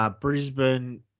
Brisbane